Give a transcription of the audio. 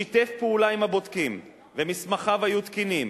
והוא שיתף פעולה עם הבודקים ומסמכיו היו תקינים,